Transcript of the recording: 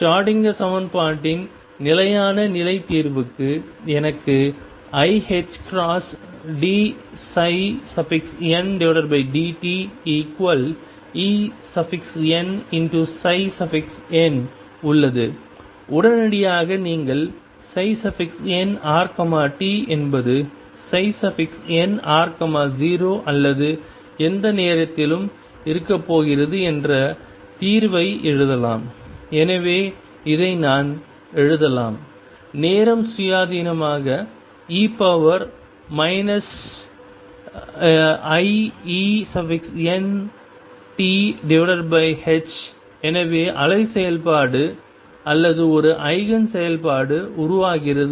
Schrodinger சமன்பாட்டின் நிலையான நிலை தீர்வுகளுக்கு எனக்கு iℏdndtEnn உள்ளது உடனடியாக நீங்கள் nrt என்பது nr0 அல்லது எந்த நேரத்திலும் இருக்கப்போகிறது என்ற தீர்வை எழுதலாம் எனவே இதை நான் எழுதலாம் நேரம் சுயாதீனமாக e iEnt எனவே அலை செயல்பாடு அல்லது ஒரு ஐகேன் செயல்பாடு உருவாகிறது